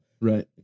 Right